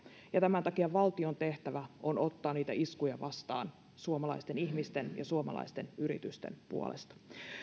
ja tämän takia valtion tehtävä on ottaa niitä iskuja vastaan suomalaisten ihmisten ja suomalaisten yritysten puolesta